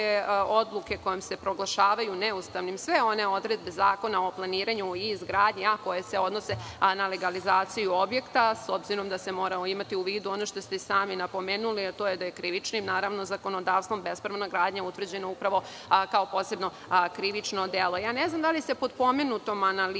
odluke kojim se proglašavaju neustavnim sve one odredbe Zakona o planiranju i izgradnji, a koje se odnose na legalizaciju objekta, s obzirom da se mora imati u vidu ono što ste sami napomenuli, a to je da je krivičnim zakonodavstvom bespravna gradnja utvrđena upravo kao posebno krivično delo. Ne znam da li se pod pomenutom analizom